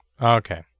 Okay